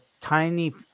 tiny